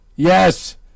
Yes